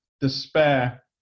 despair